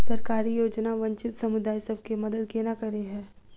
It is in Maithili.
सरकारी योजना वंचित समुदाय सब केँ मदद केना करे है?